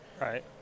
right